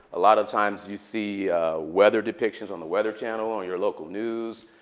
a lot of times, you see weather depictions on the weather channel on your local news.